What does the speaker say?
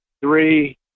three